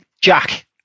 Jack